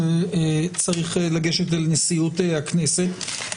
שצריך לגשת אל נשיאות הכנסת.